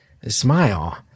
Smile